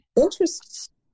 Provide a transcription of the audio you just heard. Interesting